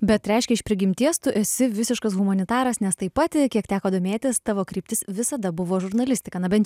bet reiškia iš prigimties tu esi visiškas humanitaras nes tai pat ir kiek teko domėtis tavo kryptis visada buvo žurnalistika na bent